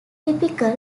typical